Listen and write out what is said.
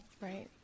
Right